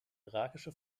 irakische